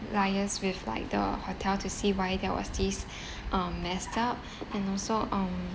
liase with like the hotel to see why there was this um messed up and also um